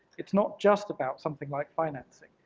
it's not just about something like financing.